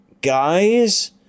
guys